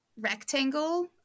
rectangle